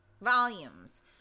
volumes